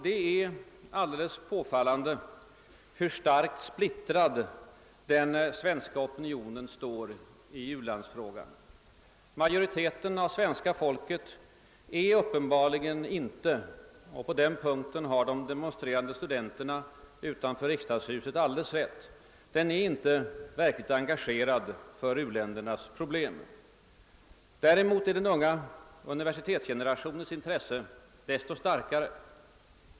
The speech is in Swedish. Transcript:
Det är alldeles påfallande hur starkt splittrad den svenska opinionen står i u-landsfrågan. Majoriteten av svenska folket är uppenbarligen inte — och på den punkten har de demonstrerande studenterna utanför riksdagshuset alldeles rätt — verkligt engagerad för u-ländernas problem. Den unga umniversitetsgenerationens intresse är desto starkare.